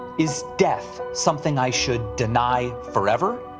is death something i should deny forever?